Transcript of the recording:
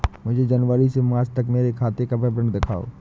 मुझे जनवरी से मार्च तक मेरे खाते का विवरण दिखाओ?